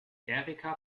erika